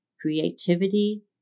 creativity